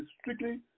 strictly